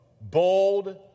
bold